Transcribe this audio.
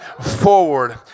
forward